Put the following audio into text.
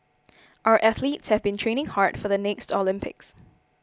our athletes have been training hard for the next Olympics